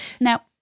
Now